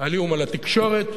"עליהום" על התקשורת,